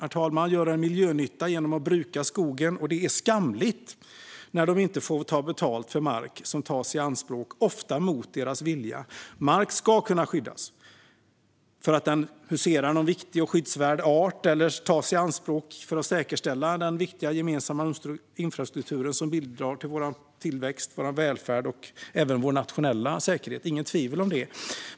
Skogsägare gör en miljönytta genom att bruka skogen. Det är skamligt när de inte får betalt för mark som tas i anspråk, ofta mot deras vilja. Mark ska kunna skyddas för att den huserar någon viktig och skyddsvärd art eller tas i anspråk för att säkerställa den viktiga gemensamma infrastruktur som bidrar till vår tillväxt, välfärd och även nationella säkerhet. Det är inget tvivel om det.